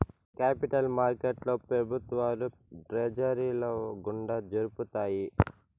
capital మార్కెట్లో ప్రభుత్వాలు ట్రెజరీల గుండా జరుపుతాయి